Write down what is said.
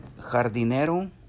jardinero